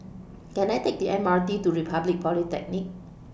Can I Take The M R T to Republic Polytechnic